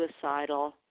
suicidal